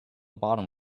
bottom